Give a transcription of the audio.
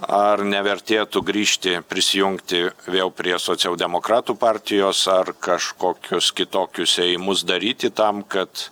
ar nevertėtų grįžti prisijungti vėl prie socialdemokratų partijos ar kažkokius kitokius ėjimus daryti tam kad